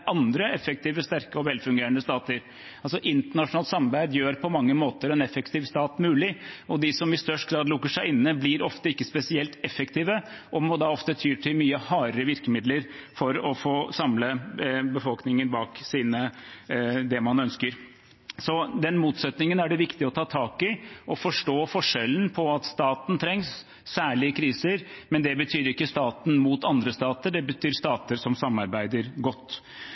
andre effektive, sterke og velfungerende stater. Internasjonalt samarbeid gjør på mange måter en effektiv stat mulig. De som i størst grad lukker seg inne, blir ofte ikke spesielt effektive og må da ofte ty til mye hardere virkemidler for å få samlet befolkningen bak det man ønsker. Så den motsetningen er det viktig å ta tak i, og forstå forskjellen her – at staten trengs, særlig i kriser, men det betyr ikke staten mot andre stater, det betyr stater som samarbeider godt.